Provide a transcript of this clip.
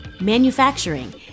manufacturing